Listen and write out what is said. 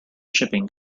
shipping